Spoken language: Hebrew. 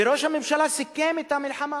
וראש הממשלה סיכם את המלחמה